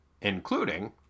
including